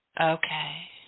okay